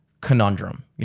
conundrum